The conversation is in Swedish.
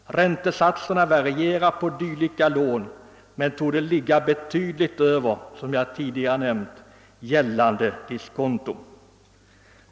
Räntesatserna varierar, men torde — som jag tidigare nämnt — ligga betydligt över gällande diskonto. Jag vill anföra ett exempel.